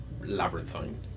labyrinthine